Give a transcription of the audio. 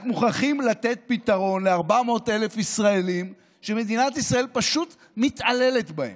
רק מוכרחים לתת פתרון ל-400,000 ישראלים שמדינת ישראל פשוט מתעללת בהם.